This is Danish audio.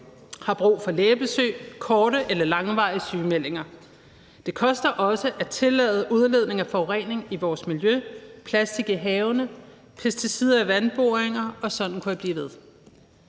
har brug for lægebesøg og har korte eller langvarige sygemeldinger. Det koster også at tillade udledning af forurening i vores miljø, plastik i havene og pesticider i vandboringer. Og sådan kunne jeg blive ved.